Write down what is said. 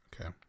Okay